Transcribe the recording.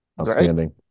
Outstanding